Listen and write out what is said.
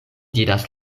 diras